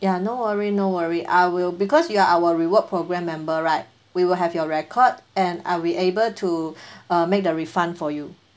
ya no worry no worry I will because you are our reward programme member right we will have your record and uh we able to make the refund for you